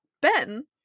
Ben